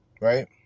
Right